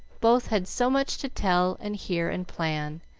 both had so much to tell and hear and plan,